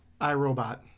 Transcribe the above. iRobot